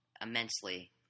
immensely